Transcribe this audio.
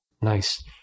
Nice